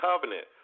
covenant